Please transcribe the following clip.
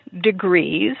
degrees